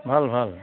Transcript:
ভাল ভাল